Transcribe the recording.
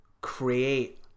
create